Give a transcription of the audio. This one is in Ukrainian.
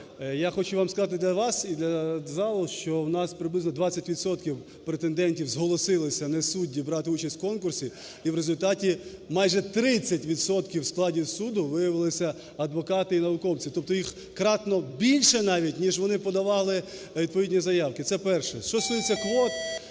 Я вам сказати, для вас і для залу, що у нас приблизно 20 відсотків претендентів зголосилисянесудді брати участь в конкурсі. І в результаті майже 30 відсотків в складі суду виявилися адвокати і науковці. Тобто їх кратно більше навіть, ніж вони подавали відповідні заявки. Це перше. Що стосується квот.